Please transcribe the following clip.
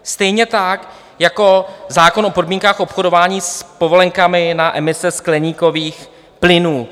Stejně tak jako zákon o podmínkách obchodování s povolenkami na emise skleníkových plynů.